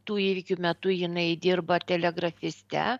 tų įvykių metu jinai dirba telegrafiste